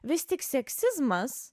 vis tik seksizmas